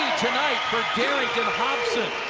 tonight for darington hobson.